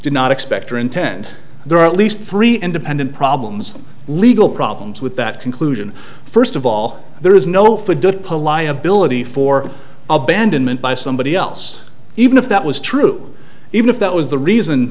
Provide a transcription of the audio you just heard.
did not expect or intend there are at least three independent problems legal problems with that conclusion first of all there is no food good polite ability for abandonment by somebody else even if that was true even if that was the reason